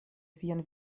sian